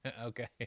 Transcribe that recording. Okay